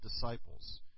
disciples